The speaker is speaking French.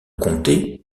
comté